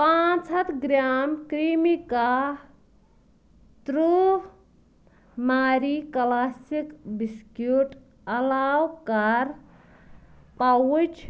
پانٛژھ ہتھ گرٛام کرٛیٖمِکا ترٕہ ماری کلاسِک بِسکیوٗٹ علاوٕ کَر پَوُچ